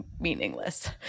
meaningless